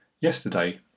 Yesterday